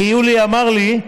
כי יולי אמר לי: